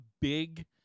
big